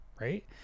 right